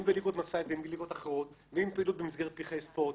אם במלגות ואם בפעילות במסגרת "פרחי ספורט",